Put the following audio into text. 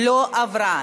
נתקבלה.